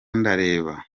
ndareba